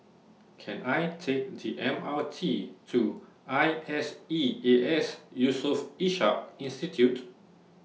Can I Take The M R T to I S E A S Yusof Ishak Institute